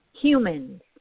humans